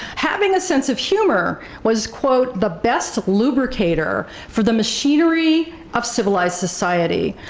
having a sense of humor was, quote, the best lubricator for the machinery of civilized society,